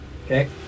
okay